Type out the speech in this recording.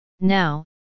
Now